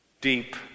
deep